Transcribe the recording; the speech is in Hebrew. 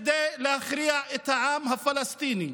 כדי להכריע את העם הפלסטיני.